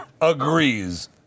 agrees